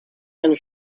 and